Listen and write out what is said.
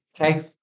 okay